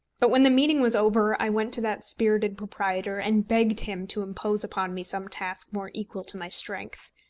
but when the meeting was over i went to that spirited proprietor, and begged him to impose upon me some task more equal to my strength.